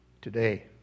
today